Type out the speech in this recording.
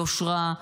יושרה,